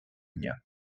дня